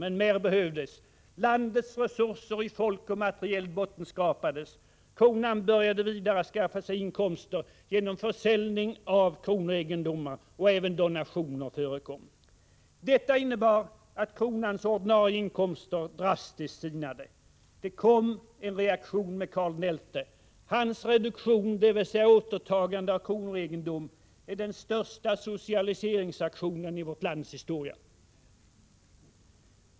Men mer behövdes. Landets resurser i folk och materiel bottenskrapades. Kronan började vidare skaffa sig inkomster genom försäljning av kronoegendomar. Även donationer förekom. Detta innebar att kronans ordinarie inkomster sinade drastiskt. Det kom en reaktion med Carl XI. Hans reduktion, dvs. återtagande av kronoegendom, är den största socialiseringsaktionen i vårt lands historia.